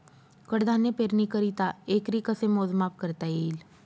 कडधान्य पेरणीकरिता एकरी कसे मोजमाप करता येईल?